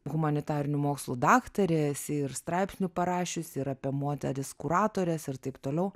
humanitarinių mokslų daktarė esi ir straipsnių parašius ir apie moteris kuratores ir taip toliau